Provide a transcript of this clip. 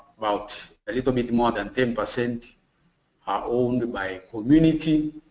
about a little bit more than ten percent owned by community.